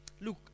Look